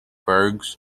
burghs